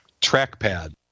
trackpad